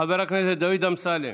חבר הכנסת דוד אמסלם,